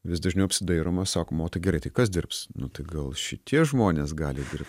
vis dažniau apsidairoma sakoma o tai gerai tai kas dirbs nu tai gal šitie žmonės gali dirbt